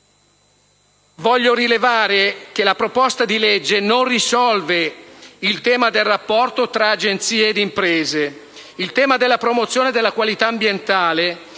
generale e che la proposta di legge non risolve è il tema del rapporto tra Agenzie e imprese. Il tema della promozione della qualità ambientale,